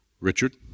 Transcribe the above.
Richard